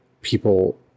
people